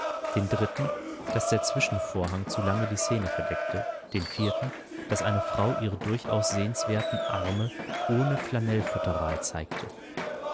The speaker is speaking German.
den dritten daß der zwischenvorhang zu lange die szene verdeckte den vierten daß eine frau ihre durchaus sehenswerten arme ohne flanellfutteral zeigte